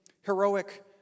heroic